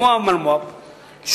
כמו המולמו"פ,